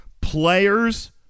players